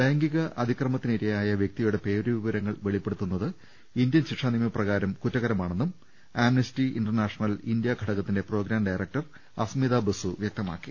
ലൈംഗിക അതിക്രമത്തിനിരയായ വൃക്തി യുടെ പേരുവിവരങ്ങൾ വെളിപ്പെടുത്തുന്നത് ഇന്ത്യൻ ശിക്ഷാ നിയമപ്ര കാരം കുറ്റകരമാണെന്നും ആംനസ്റ്റി ഇന്റർനാഷണൽ ഇന്ത്യാ ഘടകത്തിന്റെ പ്രോഗ്രാം ഡയറക്ടർ അസ്മിത ബസു വ്യക്തമാക്കി